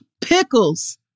Pickles